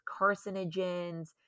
carcinogens